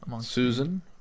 Susan